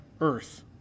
earth